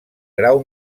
grau